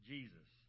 Jesus